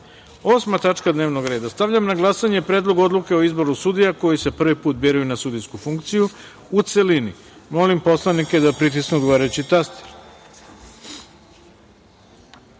tačka dnevnog reda. Stavljam na glasanje Predlog Odluke o izboru sudija koji se prvi put biraju na sudijsku funkciju, u celini. Molim narodne poslanike da pritisnu odgovarajući